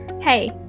Hey